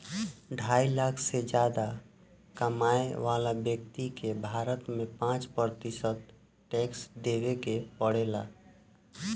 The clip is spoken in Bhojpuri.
ढाई लाख से अधिक कमाए वाला व्यक्ति के भारत में पाँच प्रतिशत टैक्स देवे के पड़ेला